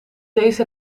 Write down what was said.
deze